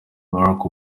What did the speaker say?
barack